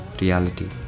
reality